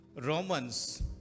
Romans